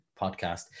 podcast